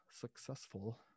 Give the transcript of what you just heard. successful